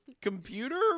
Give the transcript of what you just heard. computer